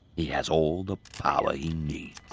he has all the power he needs.